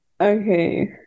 Okay